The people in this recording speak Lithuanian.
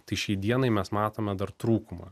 tai šiai dienai mes matome dar trūkumą